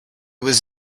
was